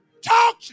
Talk